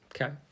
Okay